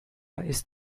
ist